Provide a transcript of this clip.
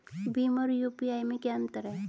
भीम और यू.पी.आई में क्या अंतर है?